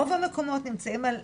רוב המקומות נמצאים על